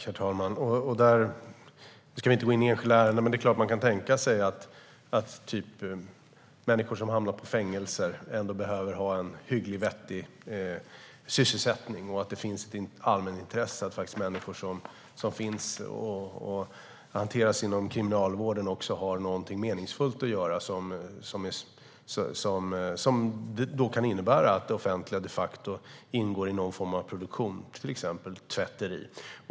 Herr talman! Vi ska inte gå in i enskilda ärenden. Men det är klart att man kan tänka sig att människor som hamnar i fängelse ändå behöver ha en vettig sysselsättning och att det finns ett allmänintresse av att människor som hanteras inom kriminalvården har något meningsfullt att göra, och det kan innebära att det offentliga de facto ingår i någon form av produktion, till exempel ett tvätteri.